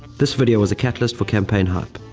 this video was a catalyst for campaign hype.